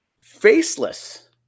faceless